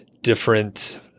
different